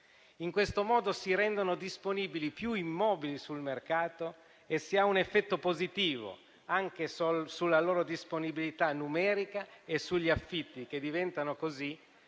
In questo modo si rendono disponibili più immobili sul mercato e si ha un effetto positivo, anche sulla loro disponibilità numerica e sugli affitti che diventano così